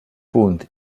punt